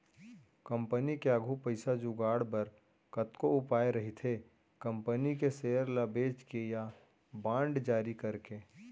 company के आघू पइसा जुगाड़ बर कतको उपाय रहिथे कंपनी के सेयर ल बेंच के या बांड जारी करके